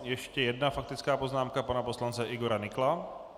Ještě jedna faktická poznámka pana poslance Igora Nykla.